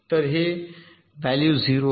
तर हे व्हॅल्यू 0 आहे